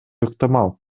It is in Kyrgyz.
ыктымал